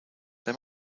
they